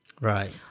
Right